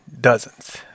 dozens